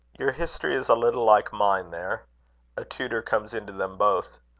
your history is a little like mine there a tutor comes into them both.